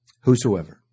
Whosoever